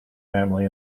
family